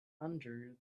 under